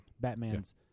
Batman's